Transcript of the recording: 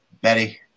Betty